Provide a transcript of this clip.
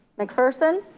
mcpherson?